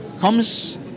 comes